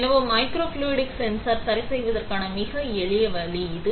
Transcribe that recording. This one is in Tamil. எனவே மைக்ரோஃப்ளூய்டிக் சென்சார் சரிசெய்வதற்கான மிக எளிய வழி இது